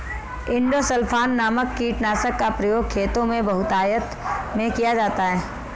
endosulfan नामक कीटनाशक का प्रयोग खेतों में बहुतायत में किया जाता है